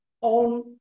on